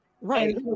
Right